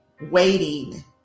waiting